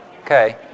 Okay